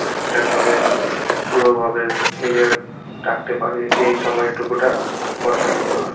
ঠিকঠাকভাবে পুরোভাবে নিজেরা থাকতে পারি এই সময়টুকু খুব পছন্দ হয়